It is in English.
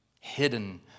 hidden